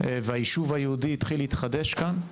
והיישוב היהודי התחיל להתחדש כאן.